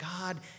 God